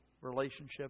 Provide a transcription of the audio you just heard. relationship